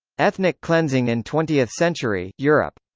ethnic cleansing in twentieth century europe.